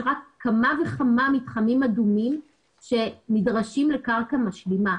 רק כמה וכמה מתחמים אדומים שנדרשים לקרקע משלימה.